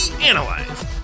analyze